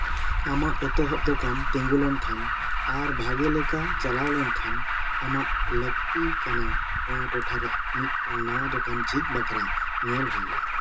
ᱟᱢᱟᱜ ᱮᱛᱚᱦᱚᱵ ᱫᱚᱠᱟᱱ ᱛᱤᱸᱜᱩ ᱞᱮᱱᱠᱷᱟᱱ ᱟᱨ ᱵᱷᱟᱹᱜᱤ ᱞᱮᱠᱟ ᱪᱟᱞᱟᱣ ᱞᱮᱱᱠᱷᱟᱱ ᱟᱢᱟᱜ ᱞᱟᱹᱠᱛᱤ ᱠᱟᱱᱟ ᱚᱱᱟ ᱴᱚᱴᱷᱟ ᱨᱮᱭᱟᱜ ᱢᱤᱫ ᱱᱟᱣᱟ ᱫᱳᱠᱟᱱ ᱡᱷᱤᱡ ᱵᱟᱠᱷᱨᱟ ᱧᱮᱞ ᱦᱩᱭᱩᱜᱼᱟ